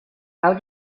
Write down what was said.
how